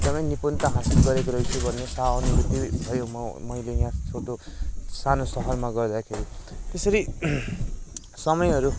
एकदमै निपुणता हासिल गरेको रहेछु भन्ने सहानुभूति भयो म मैले यहाँ छोटो सानो शहरमा गर्दाखेरी त्यसरी समयहरू